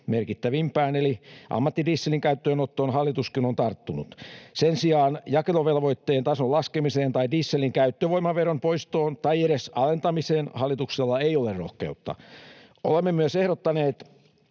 merkittävimpään eli ammattidieselin käyttöönottoon hallituskin on tarttunut. Sen sijaan jakeluvelvoitteen tason laskemiseen tai dieselin käyttövoimaveron poistoon tai edes alentamiseen hallituksella ei ole rohkeutta. Olemme myös ehdottaneet,